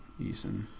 Eason